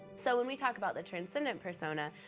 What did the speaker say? so when we talk about the transcendent persona,